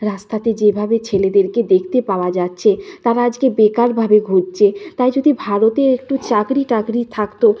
রাস্তাতে যেভাবে ছেলেদেরকে দেখতে পাওয়া যাচ্ছে তারা আজকে বেকারভাবে ঘুরছে তাই যদি ভারতে একটু চাকরি টাকরি থাকত